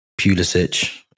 Pulisic